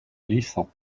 glissant